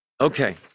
Okay